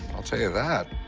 i'll tell you that.